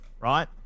right